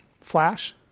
flash